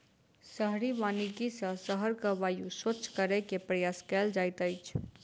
शहरी वानिकी सॅ शहरक वायु स्वच्छ करै के प्रयास कएल जाइत अछि